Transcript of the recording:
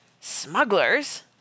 Smugglers